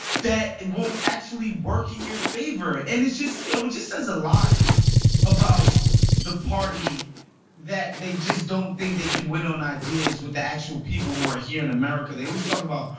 that will actually work in your favor. and it just you know just says a lot about the party that they just don't think they can win on ideas with the actual people who are here in america. they always talk about,